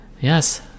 yes